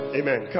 amen